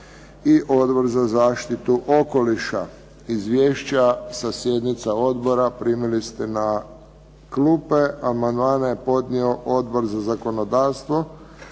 i Odbor za zaštitu okoliša. Izvješća sa sjednica odbora primili ste na klupe. Amandmane je podnio Odbor za zakonodavstvo